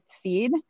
seed